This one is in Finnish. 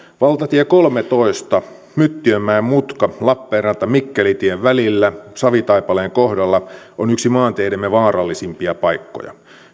valtatie kolmentoista myttiönmäen mutka lappeenranta mikkeli tien välillä savitaipaleen kohdalla on yksi maanteidemme vaarallisimpia paikkoja